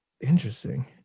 interesting